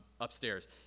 upstairs